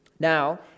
Now